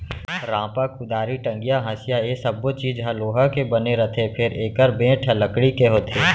रांपा, कुदारी, टंगिया, हँसिया ए सब्बो चीज ह लोहा के बने रथे फेर एकर बेंट ह लकड़ी के होथे